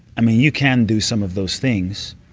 i mean, you can do some of those things.